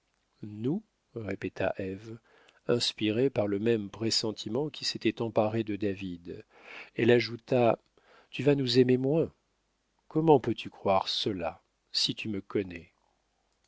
nous répéta ève inspiré par le même pressentiment qui s'était emparé de david elle ajouta tu vas nous aimer moins comment peux-tu croire cela si tu me connais